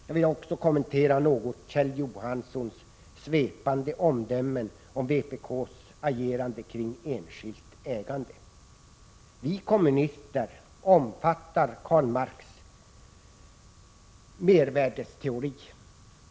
Jag vill också något kommentera Kjell Johanssons svepande omdöme om vpk:s agerande kring enskilt ägande. Vi kommunister omfattar Karl Marx mervärdesteori.